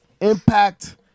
Impact